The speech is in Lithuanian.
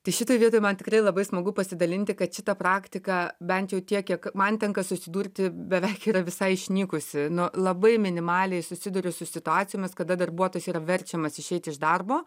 tai šitoj vietoj man tikrai labai smagu pasidalinti kad šitą praktiką bent jau tiek kiek man tenka susidurti beveik yra visai išnykusi nu labai minimaliai susiduriu su situacijomis kada darbuotojas yra verčiamas išeiti iš darbo